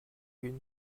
une